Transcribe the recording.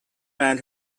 man